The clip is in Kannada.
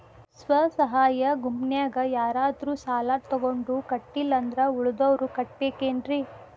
ಸ್ವ ಸಹಾಯ ಗುಂಪಿನ್ಯಾಗ ಯಾರಾದ್ರೂ ಸಾಲ ತಗೊಂಡು ಕಟ್ಟಿಲ್ಲ ಅಂದ್ರ ಉಳದೋರ್ ಕಟ್ಟಬೇಕೇನ್ರಿ?